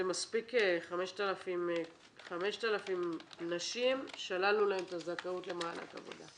זה מספיק ש-5,000 נשים שללנו להם את הזכאות למענק עבודה,